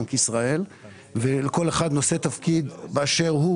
בנק ישראל וכל אחד נושא תפקיד באשר הוא